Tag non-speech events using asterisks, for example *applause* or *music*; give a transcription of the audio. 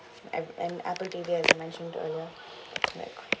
and and apple T_V as I mentioned earlier *breath* like